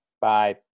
bye